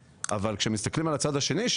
כשמסתכלים על הצד השני,